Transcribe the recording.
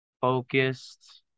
Focused